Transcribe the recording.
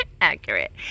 accurate